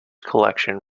collection